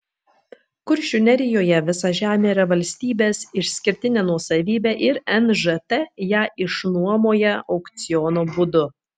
kuršių nerijoje visa žemė yra valstybės išskirtinė nuosavybė ir nžt ją išnuomoja aukciono būdu